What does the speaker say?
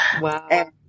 Wow